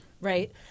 Right